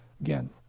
Again